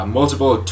multiple